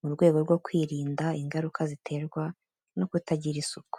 mu rwego rwo kwirinda ingaruka ziterwa no kutagira isuku.